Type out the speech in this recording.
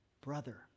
Brother